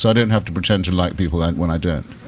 so i didn't have to pretend to like people like when i don't.